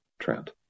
Trent